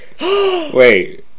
Wait